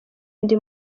ndi